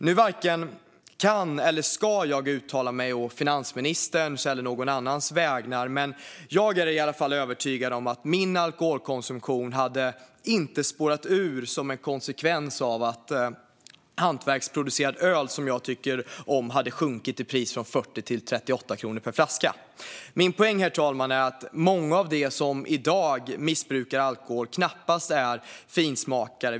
Nu varken kan eller ska jag uttala mig å finansministerns eller någon annans vägnar, men jag är i alla fall övertygad om att min alkoholkonsumtion inte hade spårat ur som en konsekvens av att hantverksproducerat öl som jag tycker om hade sjunkit i pris från 40 till 38 kronor per flaska. Min poäng, herr talman, är att det knappast är många som är finsmakare av dem som i dag missbrukar alkohol.